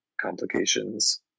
complications